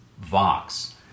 Vox